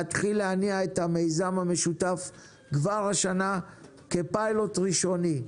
להתחיל להניע את המיזם המשותף כבר השנה כפיילוט ראשוני.